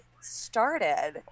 started